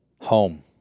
Home